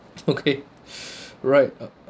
okay right uh